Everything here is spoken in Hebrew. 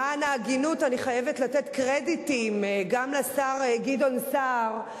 למען ההגינות אני חייבת לתת קרדיטים גם לשר גדעון סער,